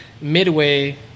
Midway